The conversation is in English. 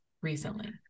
recently